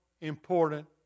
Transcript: important